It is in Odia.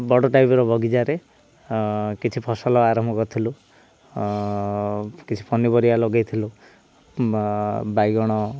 ବଡ଼ ଟାଇପ୍ର ବଗିଚାରେ କିଛି ଫସଲ ଆରମ୍ଭ କରିଥିଲୁ କିଛି ପନିପରିବା ଲଗେଇଥିଲୁ ବାଇଗଣ